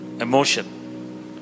Emotion